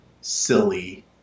silly